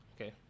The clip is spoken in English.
Okay